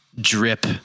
drip